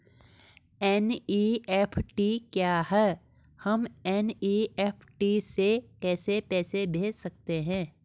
NEFT क्या है हम एन.ई.एफ.टी से कैसे पैसे भेज सकते हैं?